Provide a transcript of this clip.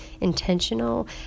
intentional